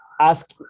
Ask